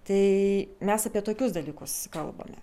tai mes apie tokius dalykus kalbame